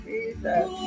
Jesus